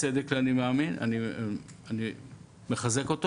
בצדק אני מאמין ואני מחזק אותו